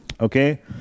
Okay